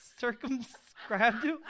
circumscribed